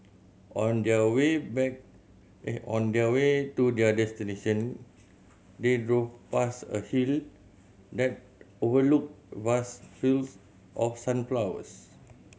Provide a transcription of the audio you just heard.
on there way back on there way to their destination they drove past a hill that overlooked vast fields of sunflowers